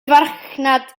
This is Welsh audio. farchnad